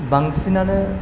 बांसिनानो